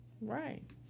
Right